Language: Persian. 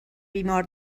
بیمار